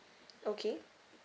okay